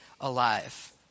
alive